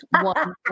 one